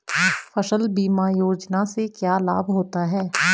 फसल बीमा योजना से क्या लाभ होता है?